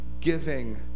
giving